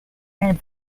came